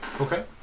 Okay